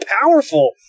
powerful